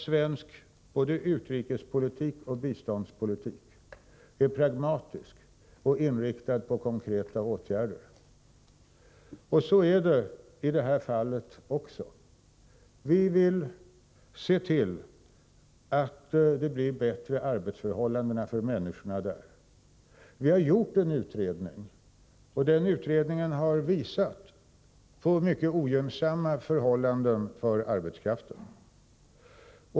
Svensk utrikespolitik och biståndspolitik är pragmatisk och inriktad på konkreta åtgärder. Så är det också i det här fallet. Vi vill se till att det blir bättre arbetsförhållanden för människorna där. Vi har gjort en utredning, och den har visat på mycket ogynnsamma förhållanden för arbetskraften.